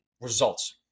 results